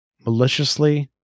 maliciously